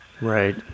Right